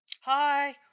Hi